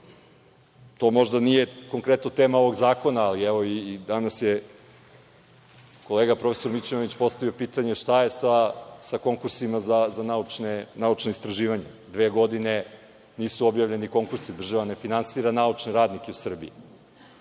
To možda nije konkretno tema ovog zakona, ali i danas je kolega prof. Mićunović postavio pitanje – šta je sa konkursima za naučna istraživanja? Dve godine nisu objavljeni konkursi. Država ne finansiranja naučne radnike u Srbiji. Onda